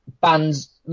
bands